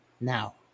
now